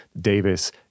Davis